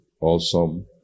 awesome